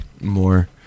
More